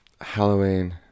Halloween